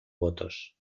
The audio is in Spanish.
votos